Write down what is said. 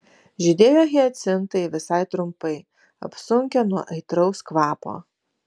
žydėjo hiacintai visai trumpai apsunkę nuo aitraus kvapo